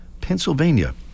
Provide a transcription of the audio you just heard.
Pennsylvania